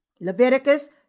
Leviticus